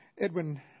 Edwin